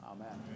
Amen